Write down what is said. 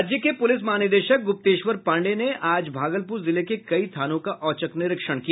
राज्य के पूलिस महानिदेशक गूप्तेश्वर पांडेय ने आज भागलपूर जिले के कई थानों का औचक निरीक्षण किया